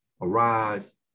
arise